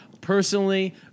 Personally